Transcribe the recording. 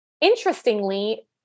interestingly